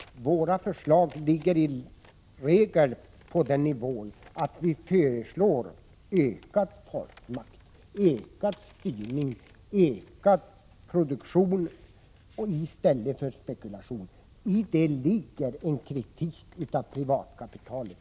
Våra förslag ligger i regel på den nivån att de innebär krav på ökad folkmakt, ökad styrning och ökad produktion i stället för spekulation. I det ligger en kritik av privatkapitalet.